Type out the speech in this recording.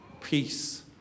peace